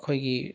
ꯑꯩꯈꯣꯏꯒꯤ